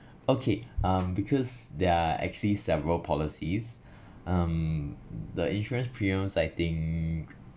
okay um because there are actually several policies um the insurance premiums I think